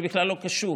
זה בכלל לא קשור.